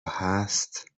هست